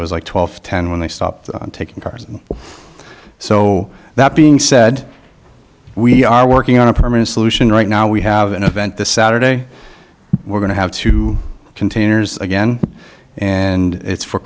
it was like twelve ten when they stopped taking cars so that being said we are working on a permanent solution right now we have an event this saturday we're going to have two containers again and it's for